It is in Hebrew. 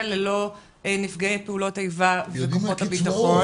ללא נפגעי פעולות איבה וכוחות הביטחון.